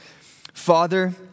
Father